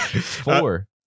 Four